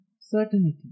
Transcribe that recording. certainty